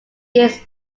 years